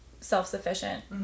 self-sufficient